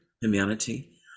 humanity